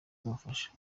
kubafasha